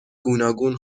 گوناگون